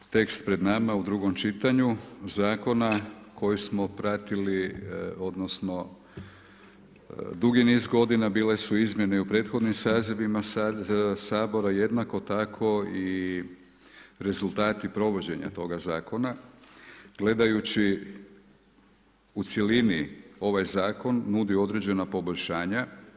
Ovaj tekst pred nama u drugom čitanju, zakona, koji smo pratili, odnosno, dugi niz godina bile su izmjene i u prethodnim sazivima, sad sabora jednako tako i rezultata provođenja toga zakona, gledajući u cjelini ovaj zakon nudi određena poboljšanja.